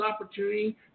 opportunity